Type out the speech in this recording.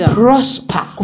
prosper